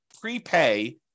prepay